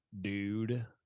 dude